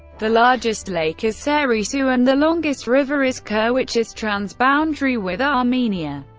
the largest lake is sarysu, and the longest river is kur, which is transboundary with armenia.